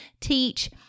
teach